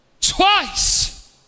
twice